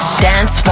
Dance